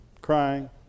crying